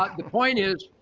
ah the point is,